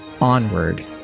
onward